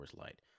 Light